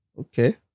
Okay